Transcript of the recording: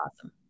awesome